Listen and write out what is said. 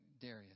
Darius